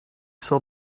saw